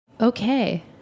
Okay